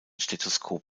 stethoskop